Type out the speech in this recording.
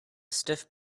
stiff